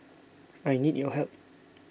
I need your help